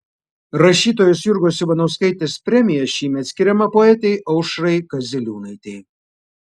rašytojos jurgos ivanauskaitės premija šįmet skiriama poetei aušrai kaziliūnaitei